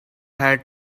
had